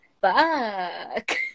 fuck